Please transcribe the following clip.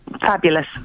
fabulous